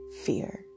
fear